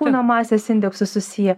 kūno masės indeksu susiję